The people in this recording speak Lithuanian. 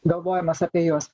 galvojimas apie juos